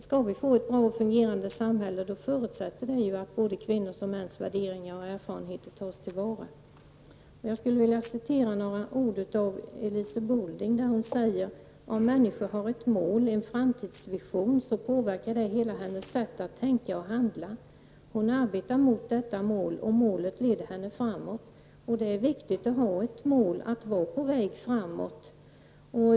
Skall vi få ett bra och fungerande samhälle förutsätter det att både kvinnors och mäns värderingar och erfarenheter tas till vara. Jag skulle vilja referera till Elise Bolding. Hon säger att om människan har ett mål, en framtidsvision, så påverkar det hela hennes sätt att tänka och handla. Hon arbetar mot detta mål, och målet leder henne framåt. Det är viktigt att ha ett mål, att vara på väg framåt.